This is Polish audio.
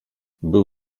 był